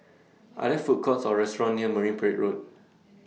Are There Food Courts Or restaurants near Marine Parade Road